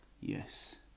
Yes